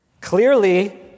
Clearly